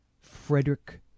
Frederick